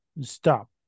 stop